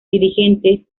dirigentes